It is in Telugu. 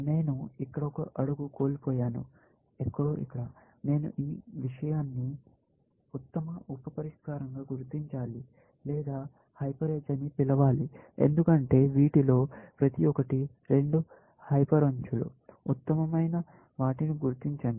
నేను ఇక్కడ ఒక అడుగు కోల్పోయాను ఎక్కడో ఇక్కడ నేను ఈ విషయాన్ని ఉత్తమ ఉప పరిష్కారంగా గుర్తించాలి లేదా హైపర్ ఎడ్జ్ అని పిలవాలి ఎందుకంటే వీటిలో ప్రతి ఒక్కటి రెండు హైపర్ అంచులు ఉత్తమమైన వాటిని గుర్తించండి